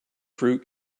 fruit